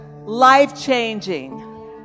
Life-changing